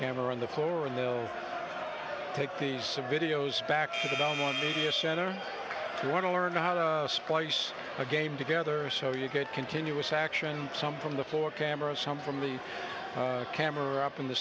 camera on the floor and they'll take these videos back to the ear center we want to learn how to splice a game together so you get continuous action some from the four cameras some from the camera up in the